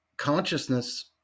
consciousness